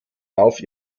lauf